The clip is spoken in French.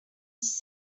dix